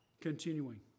Continuing